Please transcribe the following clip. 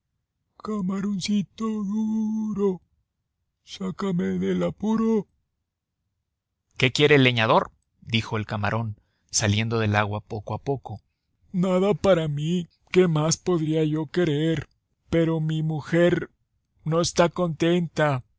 camaroncito duro sácame del apuro p qué quiere el leñador dijo el camarón saliendo del agua poco a poco nada para mí qué más podría yo querer pero mi mujer no está contenta